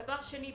דבר שני,